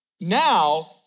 now